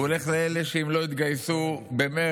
הוא הולך לאלה שאם לא יתגייסו במרץ,